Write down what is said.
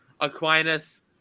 Aquinas